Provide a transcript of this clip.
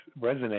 resonate